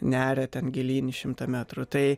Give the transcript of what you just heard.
neria ten gilyn šimtą metrų tai